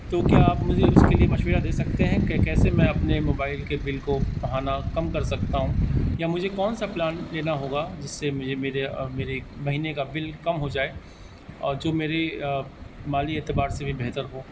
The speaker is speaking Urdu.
تو کیا آپ مجھے اس کے لیے مشورہ دے سکتے ہیں کہ کیسے میں اپنے موبائل کے بل کو ماہانا کم کر سکتا ہوں یا مجھے کون سا پلان لینا ہوگا جس سے مجھے میرے مہینے کا بل کم ہو جائے اور جو میرے مالی اعتبار سے بھی بہتر ہو